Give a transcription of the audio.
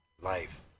life